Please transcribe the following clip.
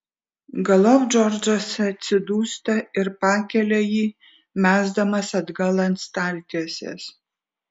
galop džordžas atsidūsta ir pakelia jį mesdamas atgal ant staltiesės